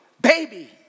baby